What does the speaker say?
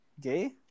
Gay